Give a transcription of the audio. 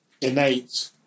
innate